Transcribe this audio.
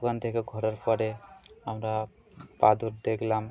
ওখান থেকে ঘোরার পরে আমরা বাদুর দেখলাম